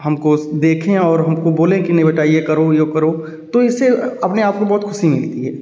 हमको देखें और हमको बोलें कि नहीं बेटा ये करो यो करो तो इससे अपने आप को बहुत खुशी मिलती है